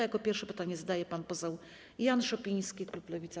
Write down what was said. Jako pierwszy pytanie zadaje pan poseł Jan Szopiński, klub Lewica.